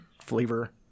flavor